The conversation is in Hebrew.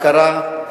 הכרה,